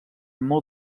molt